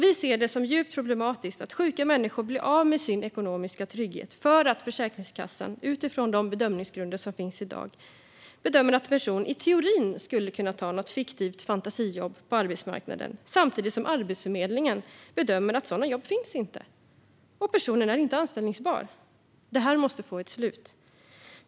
Vi ser det som djupt problematiskt att sjuka människor blir av med sin ekonomiska trygghet för att Försäkringskassan utifrån de bedömningsgrunder som finns i dag bedömer att en person i teorin skulle kunna ta något fiktivt fantasijobb på arbetsmarknaden, samtidigt som Arbetsförmedlingen bedömer att sådana jobb inte finns och att personen inte är anställbar. Detta måste få ett slut.